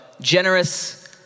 generous